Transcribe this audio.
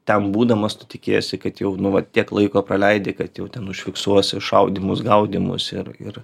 ten būdamas tu tikiesi kad jau nu vat tiek laiko praleidi kad jau ten užfiksuosi šaudymus gaudymus ir ir